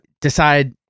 decide